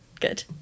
good